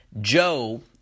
Joe